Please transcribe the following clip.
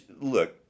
look